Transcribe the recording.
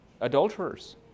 adulterers